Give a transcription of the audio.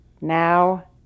Now